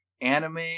anime